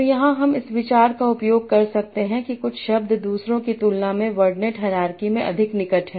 तो यहां हम इस विचार का उपयोग कर सकते हैं कि कुछ शब्द दूसरों की तुलना में वर्डनेट हायरार्की में अधिक निकट हैं